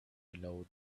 below